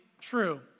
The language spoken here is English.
true